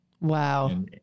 Wow